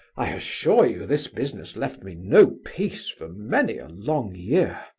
i assure you this business left me no peace for many a long year.